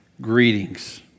Greetings